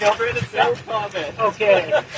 Okay